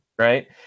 Right